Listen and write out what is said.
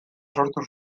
sortu